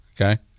okay